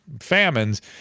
famines